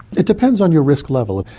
it depends on your risk level.